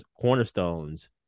cornerstones